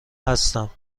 هستم